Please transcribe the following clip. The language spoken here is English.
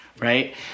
Right